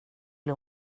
bli